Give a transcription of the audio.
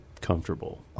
comfortable